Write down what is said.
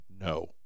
no